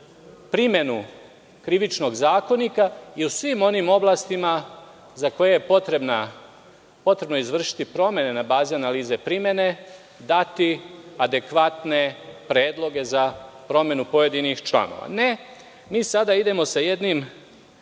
primenu Krivičnog zakonika i u svim onim oblastima za koje je potrebno izvršiti promene na bazi analize primene, dati adekvatne predloge za promenu pojedinih članova. Ne, mi sada idemo sa jednim